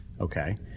Okay